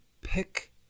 Pick